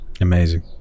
Amazing